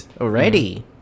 already